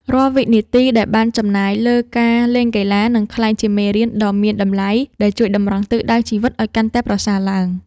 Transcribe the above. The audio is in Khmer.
រាល់វិនាទីដែលបានចំណាយលើការលេងកីឡានឹងក្លាយជាមេរៀនដ៏មានតម្លៃដែលជួយតម្រង់ទិសដៅជីវិតឱ្យកាន់តែប្រសើរឡើង។